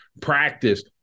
practice